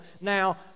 now